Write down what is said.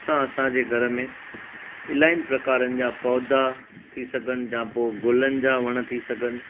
असां असांजे घर में इलाही प्रकारनि जा पौधा थी सघनि या पोइ गुलनि जा वण थी सघनि